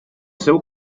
seu